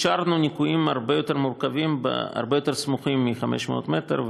אישרנו ניקויים הרבה יותר מורכבים והרבה יותר סמוכים מ-500 מטר,